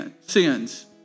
sins